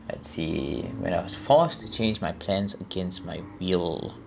let's see when I was forced to change my plans against my field